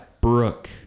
Brooke